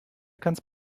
kannst